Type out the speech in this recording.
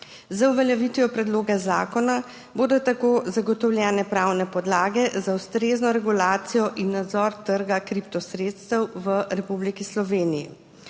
Z uveljavitvijo predloga zakona bodo tako zagotovljene pravne podlage za ustrezno regulacijo in nadzor trga kriptosredstev v Republiki Sloveniji.